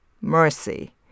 mercy